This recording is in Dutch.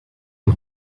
van